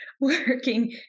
working